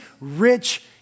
rich